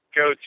go